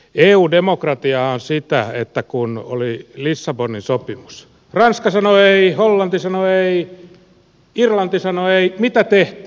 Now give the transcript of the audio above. eu demokratiahan on sitä että kun oli lissabonin sopimus ranska sanoi ei hollanti sanoi ei irlanti sanoi ei mitä tehtiin